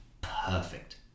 perfect